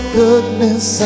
goodness